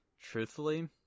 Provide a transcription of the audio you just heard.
truthfully